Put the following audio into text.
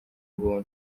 ubuntu